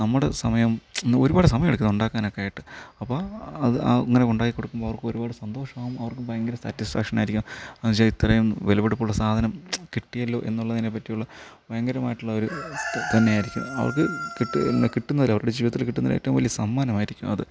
നമ്മുടെ സമയം ഒരുപാട് സമയമെടുക്കും അത് ഉണ്ടാക്കാനൊക്കെ ആയിട്ട് അപ്പം അത് അങ്ങനെ ഉണ്ടാക്കികൊടുക്കുമ്പോൾ അവർക്ക് ഒരുപാട് സന്തോഷമാവും അവർക്കും ഭയങ്കര സാറ്റിസ്ഫാക്ഷൻ ആയിരിക്കും എന്ന് വെച്ചാൽ ഇത്രയും വിലപിടിപ്പുള്ള സാധനം കിട്ടിയല്ലോ എന്നുള്ളതിനെപ്പറ്റിയുള്ള ഭയങ്കരമായിട്ടുള്ളൊരു ഇതുതന്നെയായിരിക്കും അവർക്ക് കിട്ടി കിട്ടുന്നതിൽ അവരുടെ ജീവിതത്തില് കിട്ടുന്ന ഏറ്റവും വലിയ സമ്മാനമായിരിക്കും അത്